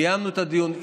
קיימנו את הדיון.